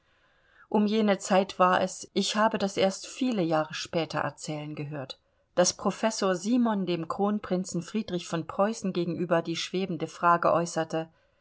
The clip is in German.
um jene zeit war es ich habe das erst viele jahre später erzählen gehört daß professor simon dem kronprinzen friedrich von preußen gegenüber über die schwebende frage